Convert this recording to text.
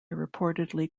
reportedly